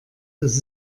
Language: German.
dass